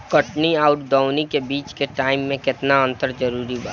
कटनी आउर दऊनी के बीच के टाइम मे केतना अंतर जरूरी बा?